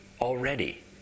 already